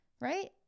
Right